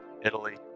Italy